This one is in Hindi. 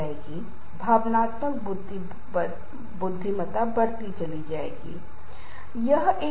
आप ऑटो सुझाव के माध्यम से यह कहते हुए वापस लौटते हैं कि यह हिस्सा आराम से है आपकी आँखों सो गयी है